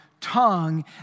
tongue